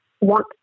want